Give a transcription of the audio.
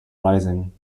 rising